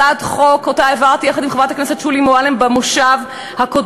הצעת חוק שהעברתי יחד עם חברת הכנסת שולי מועלם במושב הקודם,